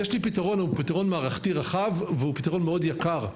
יש לי פתרון, אבל זה פתרון מערכתי רחב ומאוד יקר,